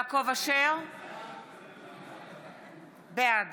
בעד